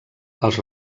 els